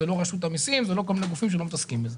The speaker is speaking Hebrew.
זאת לא רשות המסים ולא כל מיני גופים שלא מתעסקים בזה.